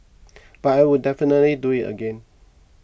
but I would definitely do it again